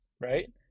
right